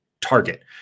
target